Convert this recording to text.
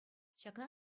ҫакна